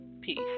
Peace